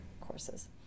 courses